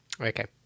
okay